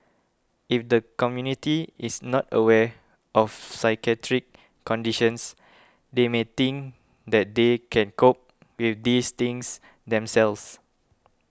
if the community is not aware of psychiatric conditions they may think that they can cope with these things themselves